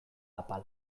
apal